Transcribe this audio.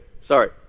sorry